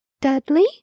Dudley